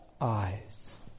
eyes